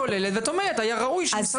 את באה באמירה כוללת ואת אומרת היה ראוי שמשרד